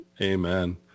Amen